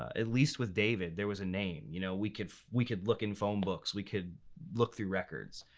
at least with david there was a name. you know we could we could look in phone books, we could look through records.